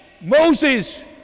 Moses